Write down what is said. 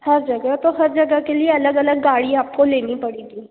हर जगह तो हर जगह के लिए अलग अलग गाड़ी आपको लेनी पड़ेगी